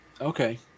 okay